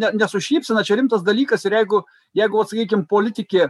ne ne su šypsena čia rimtas dalykas ir jeigu jeigu vat sakykim politikė